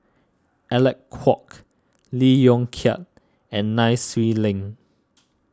Alec Kuok Lee Yong Kiat and Nai Swee Leng